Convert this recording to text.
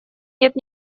нет